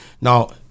Now